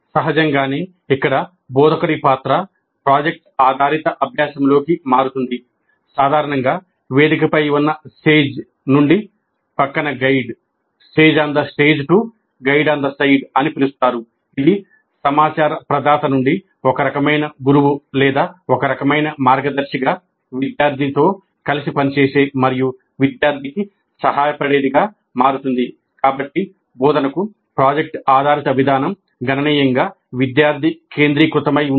సహజంగానే ఇక్కడ బోధకుడి పాత్ర ప్రాజెక్ట్ ఆధారిత అభ్యాసంలోకి మారుతుంది సాధారణంగా 'వేదికపై ఉన్న sage 'నుంచి పక్కన గైడ్ లాగా ఉంటుంది